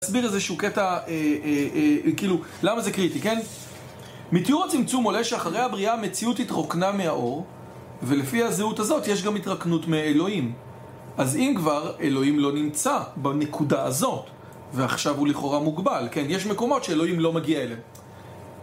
אסביר איזשהו קטע, אה-אה-אה, כאילו, למה זה קריטי, כן? מתיאור הצמצום עולה שאחרי הבריאה המציאות התרוקנה מהאור, ולפי הזהות הזאת, יש גם התרוקנות מאלוהים. אז אם כבר, אלוהים לא נמצא, בנקודה הזאת, ועכשיו הוא לכאורה מוגבל, כן? יש מקומות שאלוהים לא מגיע אליהם.